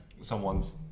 someone's